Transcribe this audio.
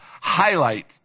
highlight